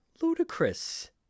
ludicrous